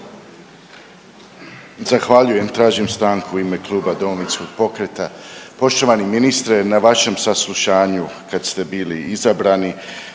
Zahvaljujem. Tražim stanku u ime kluba Domovinskog pokreta. Poštovani ministre na vašem saslušanju kad ste bili izabrani